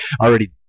already